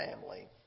family